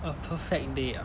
a perfect day ah